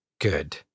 good